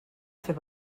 fer